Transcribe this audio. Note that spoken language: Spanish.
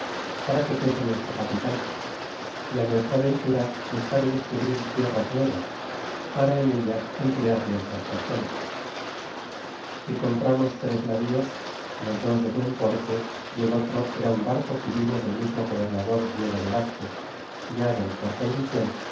para que fuese nuestro capitan y á nuestra ventura buscar y descubrir tierras nuevas para en ellas emplear nuestras personas y compramos tres navíos los dos de buen porte y el otro era un barco que hubimos del mismo gobernador diego velazquez fiado con condirion